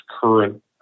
current